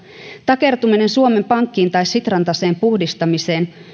takertuminen suomen pankkiin tai sitran taseen puhdistamiseen